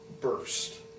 burst